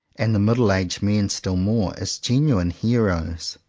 and the middle aged men still more, as genuine heroes.